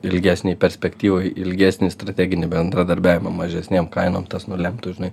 ilgesnėj perspektyvoj ilgesnį strateginį bendradarbiavimą mažesnėm kainom tas nulemtų žinai